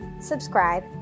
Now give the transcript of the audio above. subscribe